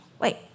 wait